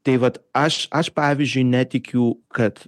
tai vat aš aš pavyzdžiui netikiu kad